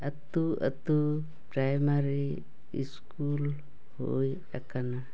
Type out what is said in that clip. ᱟᱛᱳ ᱟᱛᱳ primary school ᱦᱩᱭ ᱟᱠᱟᱱᱟ